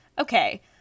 Okay